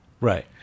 Right